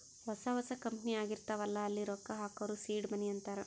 ಹೊಸಾ ಹೊಸಾ ಕಂಪನಿ ಆಗಿರ್ತಾವ್ ಅಲ್ಲಾ ಅಲ್ಲಿ ರೊಕ್ಕಾ ಹಾಕೂರ್ ಸೀಡ್ ಮನಿ ಅಂತಾರ